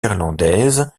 irlandaise